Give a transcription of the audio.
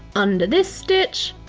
under this stitch.